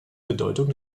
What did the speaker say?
bedeutung